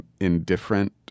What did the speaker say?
indifferent